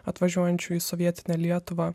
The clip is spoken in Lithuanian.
atvažiuojančių į sovietinę lietuvą